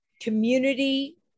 Community